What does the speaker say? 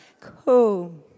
Cool